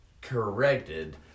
corrected